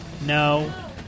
No